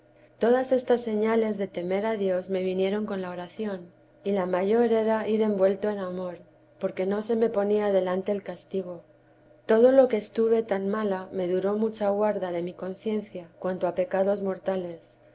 todas estas señales de temer a dios me vinieron con la oración y la mayor era ir envuelto en amor porque no se me ponía delante el castigo todo lo que estuve tan mala me duró mucha guarda de mi conciencia cuanto a pecados mortales